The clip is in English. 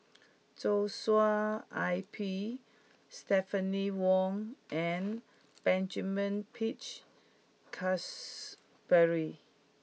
Joshua I P Stephanie Wong and Benjamin Peach Keasberry